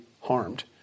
harmed